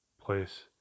place